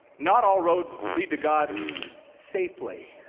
not all roads lead to god safely.